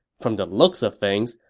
from the looks of things,